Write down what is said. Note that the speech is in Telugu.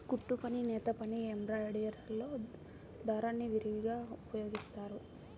కుట్టుపని, నేతపని, ఎంబ్రాయిడరీలో దారాల్ని విరివిగా ఉపయోగిస్తారు